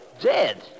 Dead